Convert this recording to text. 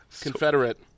Confederate